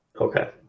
Okay